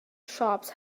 shops